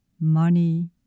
money